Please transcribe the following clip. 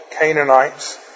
Canaanites